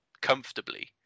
comfortably